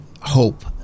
hope